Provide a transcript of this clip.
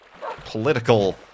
political